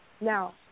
Now